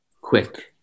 quick